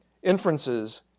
Inferences